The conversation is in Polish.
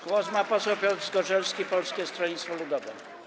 Głos ma poseł Piotr Zgorzelski, Polskie Stronnictwo Ludowe.